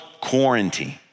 quarantine